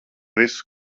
visu